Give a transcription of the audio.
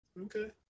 Okay